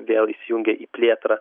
vėl įsijungė į plėtrą